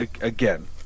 Again